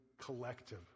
collective